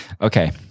Okay